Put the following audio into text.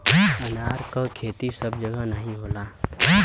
अनार क खेती सब जगह नाहीं होला